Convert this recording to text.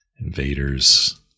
Invaders